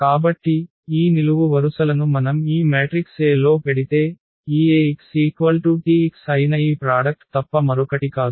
కాబట్టి ఈ నిలువు వరుసలను మనం ఈ మ్యాట్రిక్స్ A లో పెడితే ఈ Ax Tx అయిన ఈ ప్రాడక్ట్ తప్ప మరొకటి కాదు